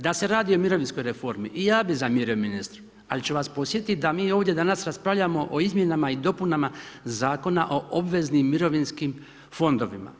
Da se radi o mirovinskoj reformi i ja bi zamjerio ministru, ali ću vas podsjetiti, da mi ovdje danas raspravljamo o izmjenama i dopunama Zakona o obveznim mirovinskim fondovima.